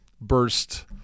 burst